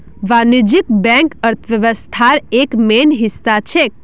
वाणिज्यिक बैंक अर्थव्यवस्थार एक मेन हिस्सा छेक